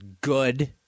good